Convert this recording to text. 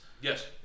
yes